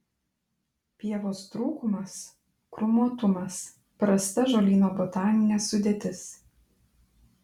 pievos trūkumas krūmuotumas prasta žolyno botaninė sudėtis